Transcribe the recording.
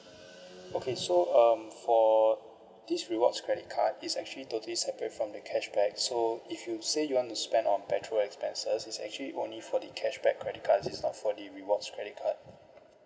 okay so um for this rewards credit card is actually totally separate from the cashback so if you say you want to spend on petrol expenses it's actually only for the cashback credit card it is not for the rewards credit card